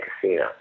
casino